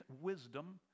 wisdom